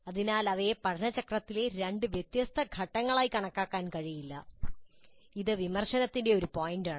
അതിനാൽ അവയെ പഠന ചക്രത്തിലെ രണ്ട് വ്യത്യസ്ത പ്രത്യേക ഘട്ടങ്ങളായി കണക്കാക്കാൻ കഴിയില്ല അത് വിമർശനത്തിന്റെ ഒരു പോയിന്റാണ്